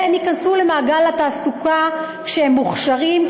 והם ייכנסו למעגל התעסוקה כשהם מוכשרים,